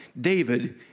David